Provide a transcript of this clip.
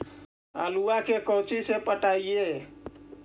आलुआ के कोचि से पटाइए?